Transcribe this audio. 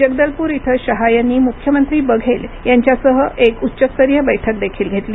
जगदलपूर इथं शहा यांनी मुख्यमंत्री बघेल यांच्यासह एक उच्चस्तरीय बैठक देखील घेतली